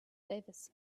davis